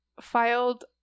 filed